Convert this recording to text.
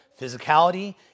Physicality